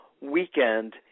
weekend